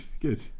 good